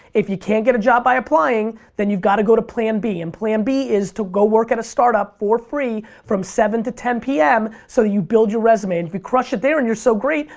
if you can't get a job by applying, then you've got to go to plan b. and plan b is to go work at a startup for free from seven to ten p m. so you build your resume and if you crush it there and you're so great,